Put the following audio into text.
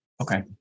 Okay